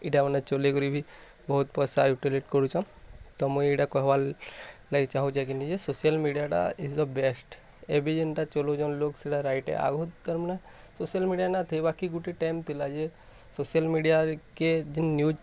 ଏଇଟା ମାନେ ଚଲେଇ କରି ଭି ବହୁତ୍ ପଇସା ୟୁଟିଲାଇଜ୍ କରୁଚନ୍ ତ ମୁଁ ଏଇଟା କହବାର୍ ଲାଗି ଚାହୁଁଛି ଯେ କିନି ଯେ ସୋସିଆଲ୍ ମିଡ଼ିଆଟା ଇଜ୍ ଦ ବେଷ୍ଟ୍ ଏବେ ଯେନ୍ ଟା ଚଲଉଚନ୍ ଲୋକ୍ ସେଇଟା ରାଇଟ୍ ଆଉ ତା'ର ମାନେ ସୋସିଆଲ୍ ମିଡ଼ିଆ ନା ଥି ବାକି ଗୋଟେ ଟାଇମ୍ ଥିଲା ଯେ ସୋସିଆଲ୍ ମିଡ଼ିଆକେ ଜିନ୍ ନ୍ୟୁଜ୍